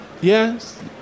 Yes